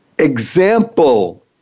example